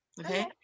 okay